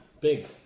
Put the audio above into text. big